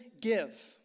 give